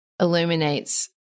illuminates